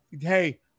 Hey